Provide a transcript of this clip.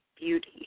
beauty